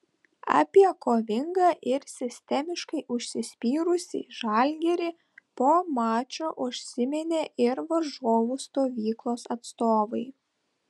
apie kovingą ir sistemiškai užsispyrusį žalgirį po mačo užsiminė ir varžovų stovyklos atstovai